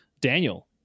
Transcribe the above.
Daniel